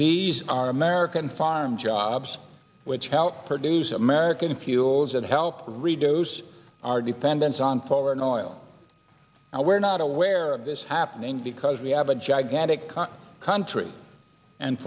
these are american farm jobs which helped produce american fuels and helped reduce our dependence on foreign oil and we're not aware of this happening because we have a gigantic country and